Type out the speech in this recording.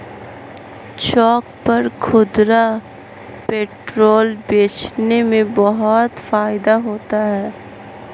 चौक पर खुदरा पेट्रोल बेचने में बहुत फायदा होता है